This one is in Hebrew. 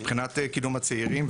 מבחינת קידום הצעירים,